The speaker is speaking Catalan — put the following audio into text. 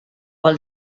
pel